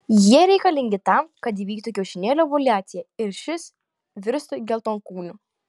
jie reikalingi tam kad įvyktų kiaušinėlio ovuliacija ir šis virstų geltonkūniu